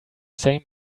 same